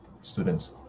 students